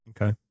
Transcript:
Okay